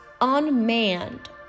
unmanned